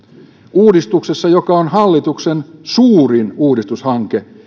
uudistuksessa joka on hallituksen suurin uudistushanke